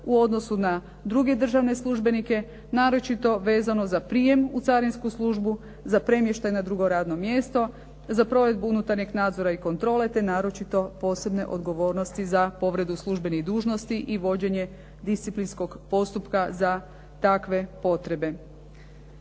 u odnosu na druge državne službenike, naročito vezano za prijem u carinsku službu, za premještaj na drugo radno mjesto, za provedbu unutarnjeg nadzora i kontrole, te naročito posebno odgovornosti za povredu službenih dužnosti i vođenje disciplinskog postupka za takve potrebe.